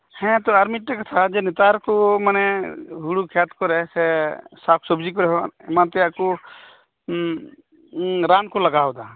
ᱦᱮᱸ ᱛᱚ ᱟᱨᱢᱤᱫᱴᱮᱡ ᱠᱟᱛᱷᱟ ᱡᱮ ᱱᱮᱛᱟᱨᱠᱩ ᱢᱟᱱᱮ ᱦᱩᱲᱩ ᱠᱷᱮᱛᱠᱚᱨᱮ ᱥᱟᱠᱥᱚᱵᱡᱤ ᱠᱚᱦᱚᱸ ᱮᱢᱟᱯᱮᱭᱟᱠᱩᱨᱟᱱᱠᱩ ᱞᱟᱜᱟᱣᱮᱫᱟ